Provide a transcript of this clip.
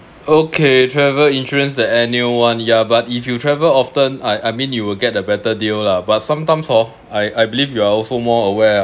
okay travel insurance the annual [one] yeah but if you travel often I I mean you will get a better deal lah but sometimes hor I I believe you are also more aware